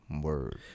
word